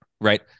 right